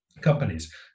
companies